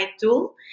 tool